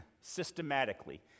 systematically